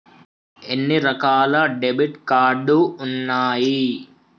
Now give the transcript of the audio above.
ఎన్ని రకాల debit card ఉన్నాయి?